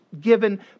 given